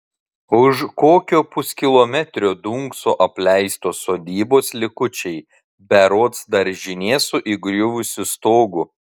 už kokio puskilometrio dunkso apleistos sodybos likučiai berods daržinė su įgriuvusiu stogu